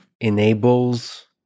enables